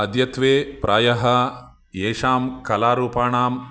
अद्यत्वे प्रायः येषां कलारूपाणां